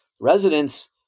Residents